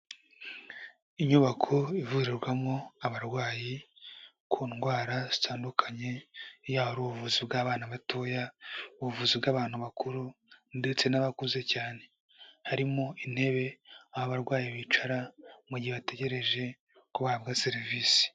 Inyubako ivurirwamo abarwayi ku ndwara zitandukanye, yaba ari ubuvuzi bw'abana batoya, ubuvuzi bw'abantu bakuru ndetse n'abakuze cyane. Harimo intebe, aho abarwayi bicara mu gihe bategereje ko bahabwa serivisi.